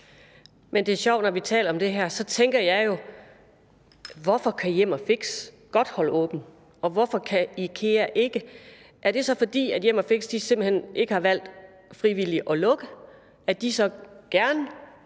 Men det er sjovt, når vi taler om det her, for så tænker jeg jo: Hvorfor kan jem & fix godt holde åbent, og hvorfor kan IKEA ikke? Er det så, fordi jem & fix simpelt hen ikke har valgt frivilligt at lukke, at de gerne